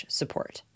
support